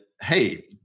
Hey